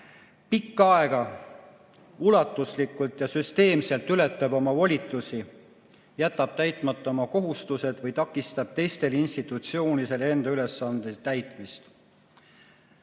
pikka aega ulatuslikult ja süsteemselt ületab oma volitusi, jätab täitmata oma kohustused või takistab teistel institutsioonidel enda ülesande täitmist.